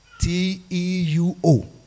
T-E-U-O